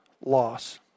loss